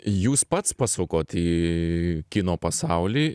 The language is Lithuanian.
jūs pats pasukot į kino pasaulį